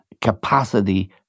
capacity